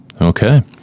Okay